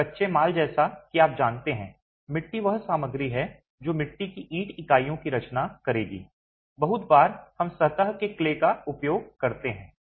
तो कच्चे माल जैसा कि आप जानते हैं मिट्टी वह सामग्री है जो मिट्टी की ईंट इकाइयों की रचना करेगी बहुत बार हम सतह के क्ले का उपयोग करते हैं